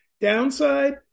Downside